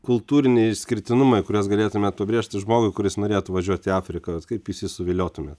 kultūriniai išskirtinumai kuriuos galėtumėt pabrėžti žmogui kuris norėtų važiuot į afriką vat kaip jūs jį suviliotumėt